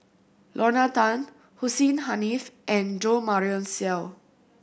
Lorna Tan Hussein Haniff and Jo Marion Seow